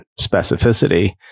specificity